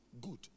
good